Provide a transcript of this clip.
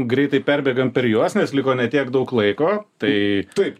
greitai perbėgame per juos nes liko ne tiek daug laiko tai taip